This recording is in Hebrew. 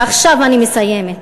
ועכשיו אני מסיימת.